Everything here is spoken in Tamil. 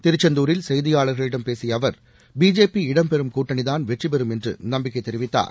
திருச்செந்தூரில் செய்தியாளர்களிடம் பேசிய அவர் பிஜேபி இடம்பெறம் கூட்டணிதான் வெற்றிபெறும் என்று நம்பிக்கை தெரிவித்தார்